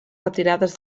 retirades